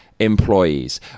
employees